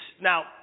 Now